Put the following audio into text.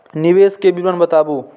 निवेश के विवरण बताबू?